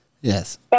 Yes